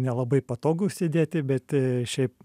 nelabai patogu sėdėti bet šiaip